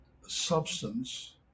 substance